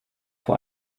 vor